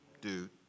dude